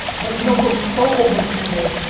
but you don't go so over-committed.